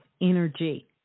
energy